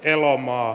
elomaa